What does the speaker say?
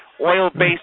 oil-based